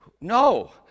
No